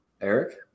Eric